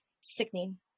sickening